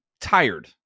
tired